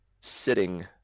sitting